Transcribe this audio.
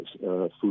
food